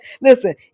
listen